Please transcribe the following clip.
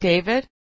David